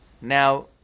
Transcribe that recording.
Now